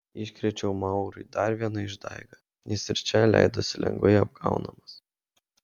iškrėčiau maurui dar vieną išdaigą jis ir čia leidosi lengvai apgaunamas